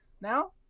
now